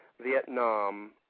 Vietnam